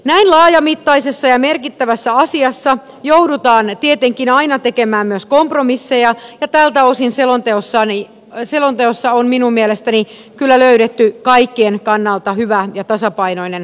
näin laajamittaisessa ja merkittävässä asiassa joudutaan tietenkin aina tekemään myös kompromisseja ja tältä osin selonteossa on minun mielestäni kyllä löydetty kaikkien kannalta hyvä ja tasapainoinen ratkaisu